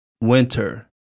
winter